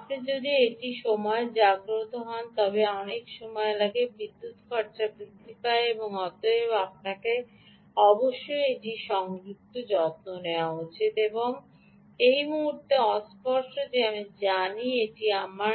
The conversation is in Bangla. সুতরাং আপনি যদি একটি সময়ে জাগ্রত হন তবে অনেক সময় লাগে বিদ্যুৎ খরচ বৃদ্ধি পায় এবং অতএব আপনার অবশ্যই এই যত্ন নেওয়া উচিত এটি এই মুহূর্তে অস্পষ্ট যে আমি জানি এটি আমরা